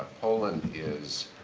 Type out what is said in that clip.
poland is,